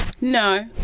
No